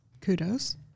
Kudos